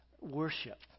worship